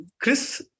Chris